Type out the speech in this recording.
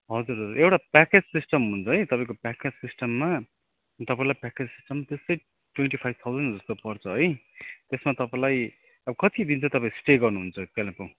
हजुर एउटा package system हुन्छ है तपाईँको प्याकेज सिस्टममा तपाईँलाई प्याकेज सिस्टम त्यस्तै ट्वेन्टी फाइभ थाउजन्ड जस्तो पर्छ है त्यसमा तपाईँलाई अब कति दिन चाहिँ तपाईँ स्टे गर्नुहुन्छ कालिम्पोङ